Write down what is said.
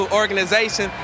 organization